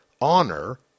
Honor